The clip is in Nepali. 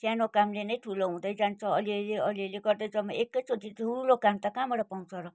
सानो कामले नै ठुलो हुँदै जान्छ अलिअलि अलिअलि गर्दै जम्मा एकै चोटि ठुलो काम त कहाँबाट पाउँछ र